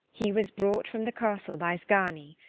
he was brought from the castle by szgany,